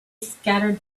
scattered